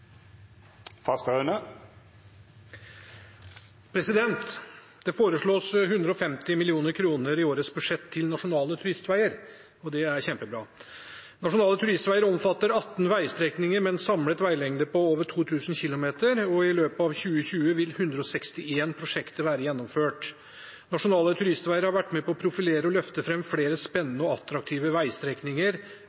prosjektet. Det foreslås 150 mill. kr i årets budsjett til Nasjonale turistveger, og det er kjempebra. Nasjonale turistveger omfatter 18 veistrekninger med en samlet veilengde på over 2 000 km, og i løpet av 2020 vil 161 prosjekter være gjennomført. Nasjonale turistveger har vært med på å profilere og løfte fram